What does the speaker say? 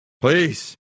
Please